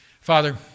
Father